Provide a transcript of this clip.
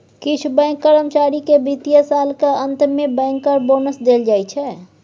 किछ बैंक कर्मचारी केँ बित्तीय सालक अंत मे बैंकर बोनस देल जाइ